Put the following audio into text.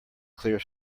clear